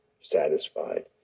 satisfied